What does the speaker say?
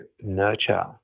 nurture